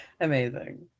Amazing